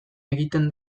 egiten